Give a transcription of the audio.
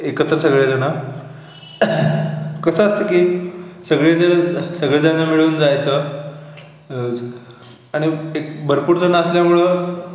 एकत्र सगळे जणं कसं असतं की सगळे जणं सगळे जणं मिळून जायचं आणि एक भरपूर जणं असल्यामुळं